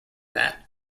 that